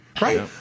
Right